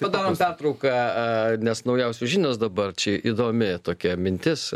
padarom pertrauką a nes naujausios žinios dabar čia įdomi tokia mintis